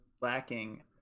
lacking